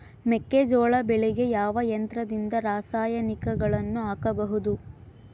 ಮೆಕ್ಕೆಜೋಳ ಬೆಳೆಗೆ ಯಾವ ಯಂತ್ರದಿಂದ ರಾಸಾಯನಿಕಗಳನ್ನು ಹಾಕಬಹುದು?